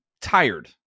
tired